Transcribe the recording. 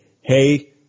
hey